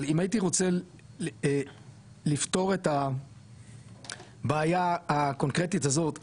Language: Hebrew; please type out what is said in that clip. אבל אם הייתי רוצה לפתור את הבעיה הקונקרטית הזאת,